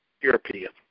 European